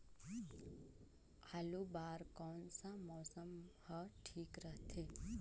आलू बार कौन सा मौसम ह ठीक रथे?